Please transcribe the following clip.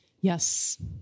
Yes